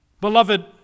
Beloved